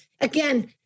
Again